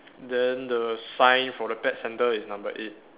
then the sign for the pet centre is number eight